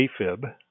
AFib